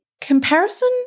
comparison